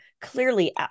clearly